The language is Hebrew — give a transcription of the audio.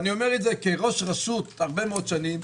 אני אומר את זה כראש רשות הרבה מאוד שנים,